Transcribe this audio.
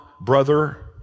brother